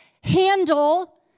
handle